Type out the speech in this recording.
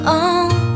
on